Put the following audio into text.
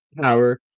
power